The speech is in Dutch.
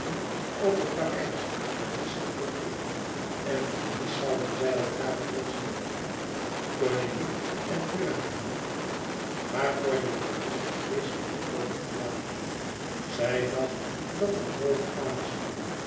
over parijs naar nice terugging en in nice zouden zij elkaâr veel zien cornélie en urania maar cornélie vond het vreeslijk duco te verlaten zij dacht dat het nooit gaan zoû